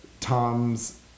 Tom's